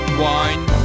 wine